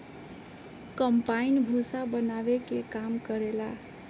combine भूसा बानावे के काम करेला